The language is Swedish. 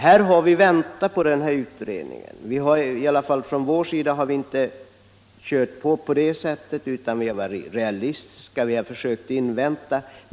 Här har vi väntat på utredningsresultat, och i alla fall från centerns sida inte enbart kört på utan varit realistiska och försökt invänta resultat.